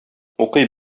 укый